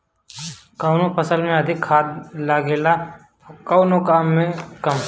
कवनो फसल में अधिका खाद लागेला त कवनो में कम